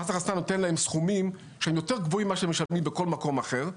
מס הכנסה נותן להם סכומים שהם יותר גבוהים מבכל מקום אחר,